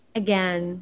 again